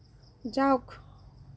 যাওক